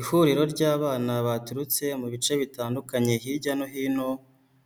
Ihuriro ry'abana baturutse mu bice bitandukanye hirya no hino,